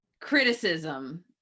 criticism